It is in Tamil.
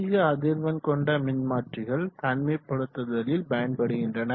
அதிக அதிர்வெண் கொண்ட மின்மாற்றிகள் தனிமைப்படுத்துதலில் பயன்படுகின்றன